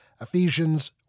Ephesians